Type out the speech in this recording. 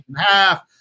half